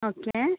okay